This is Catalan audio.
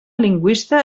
lingüista